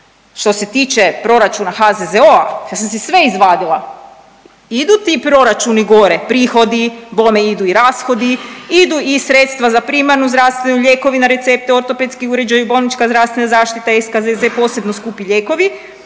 Što se tiče proračuna HZZO, ja sam si sve izvadila, idu ti proračuni gore prihodi, bome idu i rashodi idu i sredstva za primarnu zdravstvenu, lijekovi na recepte, ortopedski uređaji, bolnička zdravstvena zaštita, SKZZ, posebno skupi lijekovi,